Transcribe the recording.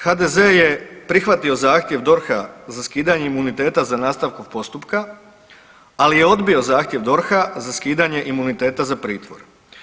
HDZ je prihvatio zahtjev DORH-a za skidanjem imuniteta za nastavkom postupka, ali je odbio zahtjev DROH-a za skidanje imuniteta za pritvor.